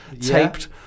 taped